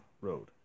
road